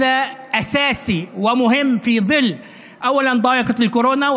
זה עניין בסיסי וחשוב ראשית בצל מצוקת הקורונה,